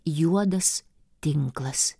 juodas tinklas